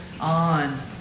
on